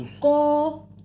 go